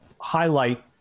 highlight